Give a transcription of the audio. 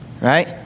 right